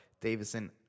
Davidson